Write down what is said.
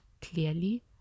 clearly